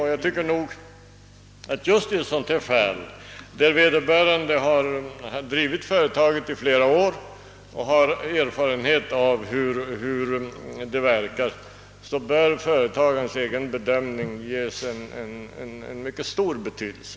Och jag tycker att just i ett sådant här fall, där vederbörande drivit företaget i flera år och har erfarenhet av verksamheten, bör företagarens egen bedömning tillmätas mycket stor betydelse.